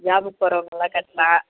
ஜாபுக்கு போகிறவங்கல்லாம் கட்டலாம்